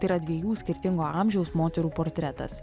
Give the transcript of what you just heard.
tai yra dviejų skirtingo amžiaus moterų portretas